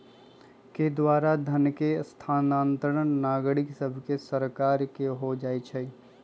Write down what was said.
के द्वारा धन के स्थानांतरण नागरिक सभसे सरकार के हो जाइ छइ